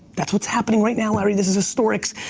that's what's happening right now, larry, this is historics,